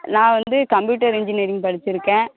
நான் வந்து computer engineering படிச்சுருக்கேன்